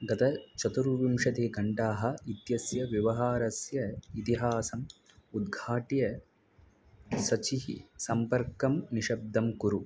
गत चतुर्विंशतिः घण्टाः इत्यस्य व्यवहारस्य इतिहासम् उद्घाट्य सचेः सम्पर्कं निशब्दं कुरु